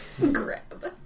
Grab